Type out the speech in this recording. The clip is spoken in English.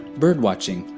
bird watching,